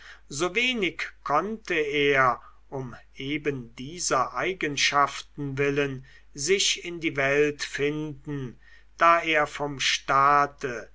so wenig konnte er um eben dieser eigenschaften willen sich in die welt finden da er vom staate